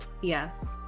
Yes